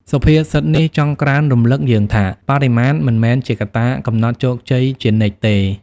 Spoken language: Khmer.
សុភាសិតនេះចង់ក្រើនរំលឹកយើងថា បរិមាណ មិនមែនជាកត្តាកំណត់ជោគជ័យជានិច្ចទេ។